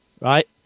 right